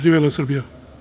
Živela Srbija.